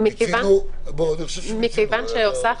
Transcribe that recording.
אני חושב שמיצינו.